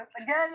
again